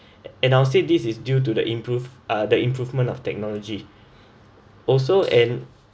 and I'll say this is due to the improve uh the improvement of technology also and